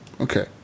Okay